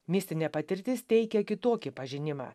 mistinė patirtis teikia kitokį pažinimą